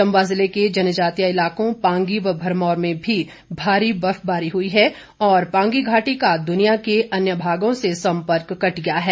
चम्बा ज़िले के जनजातीय इलाकों पांगी और भरमौर में भी भारी बर्फबारी हुई है और पांगी घाटी का दुनिया के अन्य भागों से सम्पर्क कट गया है